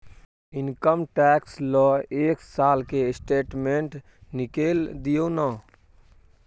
Income tax ल एक साल के स्टेटमेंट निकैल दियो न?